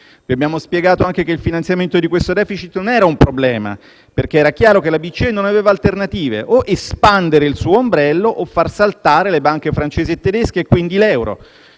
Vi abbiamo spiegato anche che il finanziamento di questo *deficit* non era un problema, perché era chiaro che la BCE non aveva alternative: o espandere il suo ombrello o far saltare le banche francesi e tedesche e quindi l'euro.